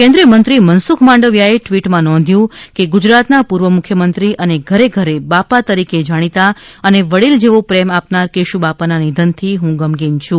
કેન્દ્રિય મંત્રી મનસુખ માંડવિયા એ ટૃવિટ માં નોંધ્યું છે કે ગુજરાતના પૂર્વ મુખ્યમંત્રી અને ઘરે ઘરે બાપા તરીકે જાણીતા અને વડીલ જેવો પ્રેમ આપનાર કેશ્બાપાના નિધનથી ગમગીન છું